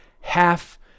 half